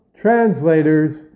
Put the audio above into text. translators